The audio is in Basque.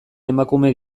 emakume